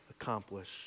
accomplish